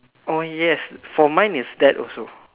oh yes for mine is that also